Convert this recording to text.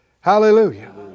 Hallelujah